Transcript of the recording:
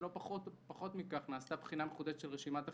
ולא פחות מכך נעשתה בחינה מחודשת של רשימת החיקוקים,